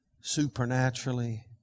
supernaturally